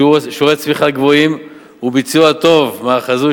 שיעורי צמיחה גבוהים וביצוע טוב מהחזוי